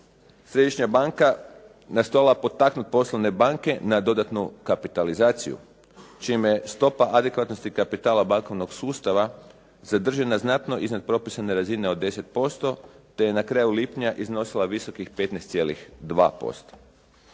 Središnja banka nastojala potaknuti poslovne banke na dodatnu kapitalizaciju, čime stopa adekvatnosti kapitala bankovnog sustava sadržana znatno iznad propisane razine od 10% te je na kraju lipnja iznosila visokih 15.2%.